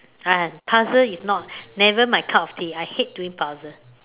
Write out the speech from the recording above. ah puzzle is not never my cup of tea I hate doing puzzle